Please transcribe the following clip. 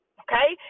okay